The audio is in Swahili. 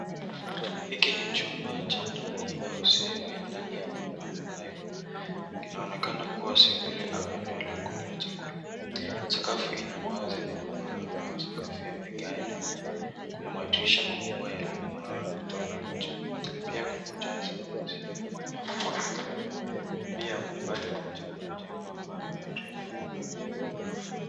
Hiki ni chumba cha ndani au sehemu ya ndani ya nyumba ambayo inaonekana kuwa sebule au eneo ya kulia chakula. Sakafu ina mawe zenye kung'aa au sakafu ya vigae na kuna madirisha makubwa yaliyong'aa kutoka nje. Pia kuna taa zimening'inia kutoka dari. Pia kwa umbali nje kuna jengo ambalo ni refu na lenye ghorofa.